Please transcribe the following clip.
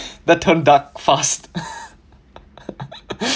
that turned dark fast